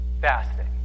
fasting